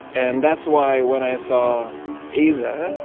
and that's why when i saw aza,